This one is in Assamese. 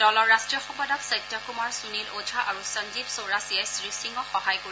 দলৰ ৰাষ্ট্ৰীয় সম্পাদক সত্য কুমাৰ সুনীল অ'ঝা আৰু সঞ্জীৱ চৌৰাচিয়াই শ্ৰীসিঙক সহায় কৰিব